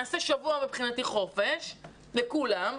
נעשה שבוע מבחינתי חופש לכולם,